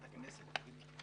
מירי,